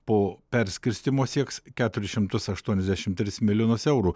po perskirstymo sieks keturis šimtus aštuoniasdešimt tris milijonus eurų